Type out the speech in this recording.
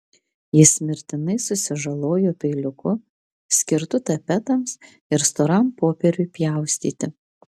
jis mirtinai susižalojo peiliuku skirtu tapetams ir storam popieriui pjaustyti